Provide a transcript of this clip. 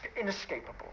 inescapable